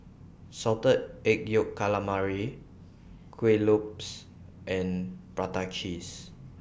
Salted Egg Yolk Calamari Kueh Lopes and Prata Cheese